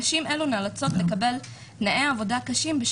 נשים אלה נאלצות לקבל תנאי עבודה קשים,